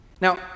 Now